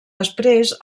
després